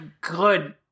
good